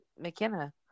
McKenna